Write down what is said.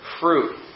fruit